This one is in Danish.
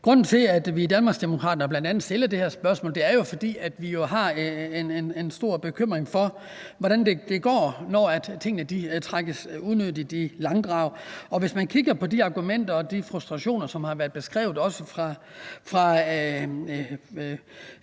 Grunden til, at vi i Danmarksdemokraterne stiller det her spørgsmål, er jo bl.a., at vi har en stor bekymring for, hvordan det går, når tingene trækkes unødigt i langdrag. Man kan f.eks. kigge på de argumenter og de frustrationer, som har været beskrevet af